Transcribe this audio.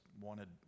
wanted